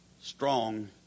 strong